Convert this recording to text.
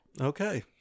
okay